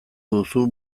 duzu